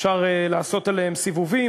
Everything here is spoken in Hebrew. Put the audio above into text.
אפשר לעשות עליהן סיבובים,